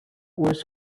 was